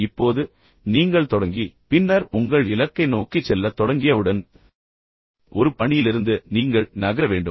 இப்போது நீங்கள் தொடங்கி பின்னர் உங்கள் இலக்கை நோக்கிச் செல்ல தொடங்கியவுடன் ஒரு நோக்கம் பின்னர் ஒரு பணியிலிருந்து நீங்கள் நகர வேண்டும்